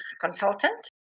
consultant